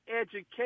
education